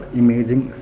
imaging